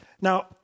Now